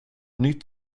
nytt